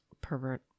Pervert